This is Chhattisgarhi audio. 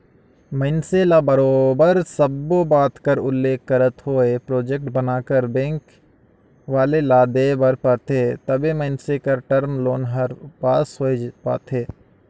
मइनसे ल बरोबर सब्बो बात कर उल्लेख करत होय प्रोजेक्ट बनाकर बेंक वाले ल देय बर परथे तबे मइनसे कर टर्म लोन हर पास होए पाथे